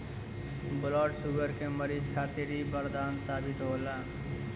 blood sugar के मरीज खातिर इ बरदान साबित होला